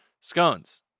Scones